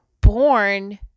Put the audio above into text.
born